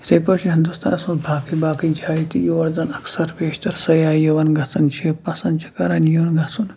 یِتھَے پٲٹھۍ چھِ ہِندوستانَس منٛز باقٕے باقٕے جایہِ تہِ یور زَن اکثر بیشتَر سیاح یِوان گژھان چھِ پَسنٛد چھِ کَران یُن گژھُن